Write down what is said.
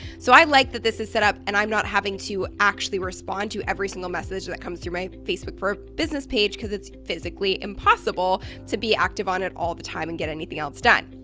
so i like that this is set up and i'm not having to actually respond to every single message that comes through my facebook for business page because it's physically impossible to be active on it all the time and get anything else done.